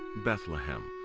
bethlehem,